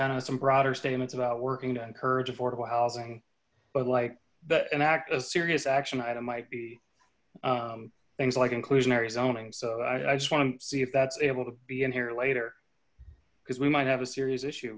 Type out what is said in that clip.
kind of some broader statements about working to encourage affordable housing but like but enact a serious action item might be things like inclusionary zoning so i just want to see if that's able to be in here later because we might have a serious issue